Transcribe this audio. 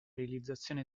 realizzazione